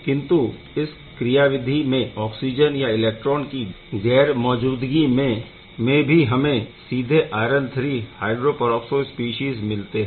किंतु इस क्रियाविधि में ऑक्सिजन या इलेक्ट्रॉन की गैर मौजूदगी में भी हमें सीधे iron III hydro peroxo species मिलते है